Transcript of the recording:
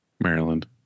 Maryland